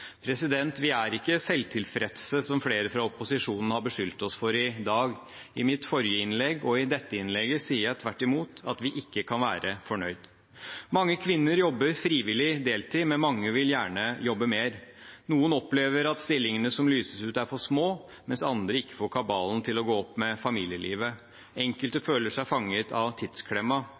Vi er ikke selvtilfredse, som flere fra opposisjonen har beskyldt oss for å være i dag. I mitt forrige innlegg og i dette innlegget sier jeg tvert imot at vi ikke kan være fornøyd. Mange kvinner jobber frivillig deltid, men mange vil gjerne jobbe mer. Noen opplever at stillingene som lyses ut, er for små, mens andre ikke får kabalen til å gå opp med familielivet. Enkelte føler seg fanget av